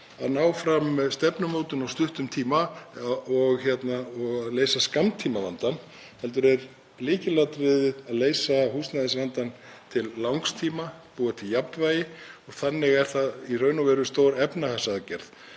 að ná fram stefnumótun á stuttum tíma og leysa skammtímavanda heldur er lykilatriðið að leysa húsnæðisvandann til langs tíma, búa til jafnvægi og þannig er það í raun og veru stór efnahagsaðgerð